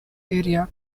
area